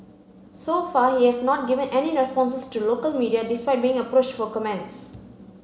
so far he has not given any responses to local media despite being approached for comments